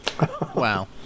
Wow